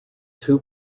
two